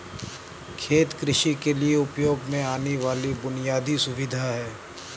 खेत कृषि के लिए उपयोग में आने वाली बुनयादी सुविधा है